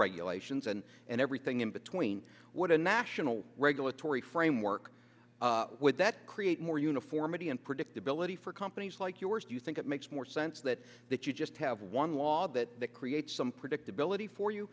regulations and and everything in between what a national regulatory framework that create more uniformity and predictability for companies like yours do you think it makes more sense that that you just have one law that creates some predictability for you